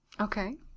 Okay